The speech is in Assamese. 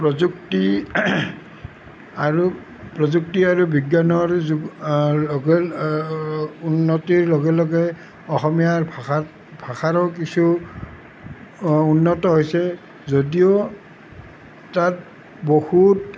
প্ৰযুক্তি আৰু প্ৰযুক্তি আৰু বিজ্ঞানৰ যুগত উন্নতিৰ লগে লগে অসমীয়া ভাষা ভাষাৰো কিছু উন্নত হৈছে যদিও তাত বহুত